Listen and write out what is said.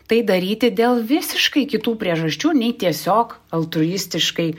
tai daryti dėl visiškai kitų priežasčių nei tiesiog altruistiškai